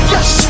Yes